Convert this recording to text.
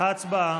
הצבעה.